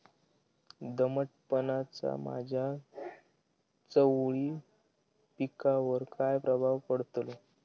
दमटपणाचा माझ्या चवळी पिकावर काय प्रभाव पडतलो?